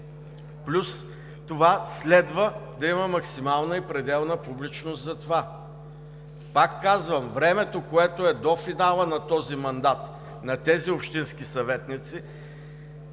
Плюс това следва да има максимална и пределна публичност за това. Пак казвам, времето, което е до финала на този мандат, на тези общински съветници,